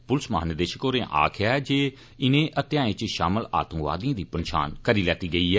पुलस महानिदेषक होरें आखेआ ऐ जे इनें हत्तेआएं च षामल आतंकवादिएं दी पन्छान करी लैती गेई ऐ